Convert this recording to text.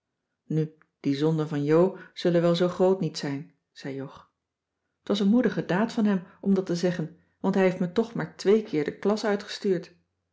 nu die zonden van jo zullen wel zoo groot niet zijn zei jog t was een moedige daad van hem om dat te zeggen want hij heeft me toch maar twee keer de klas uitgestuurd